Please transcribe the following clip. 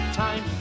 time